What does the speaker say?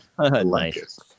Nice